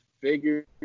figure